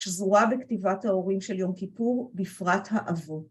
שזרועה בכתיבת ההורים של יום כיפור, בפרט האבות.